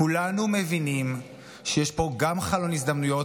כולנו מבינים שיש פה גם חלון הזדמנויות